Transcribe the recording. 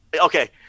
Okay